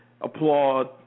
applaud